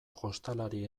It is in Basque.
jostalari